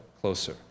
closer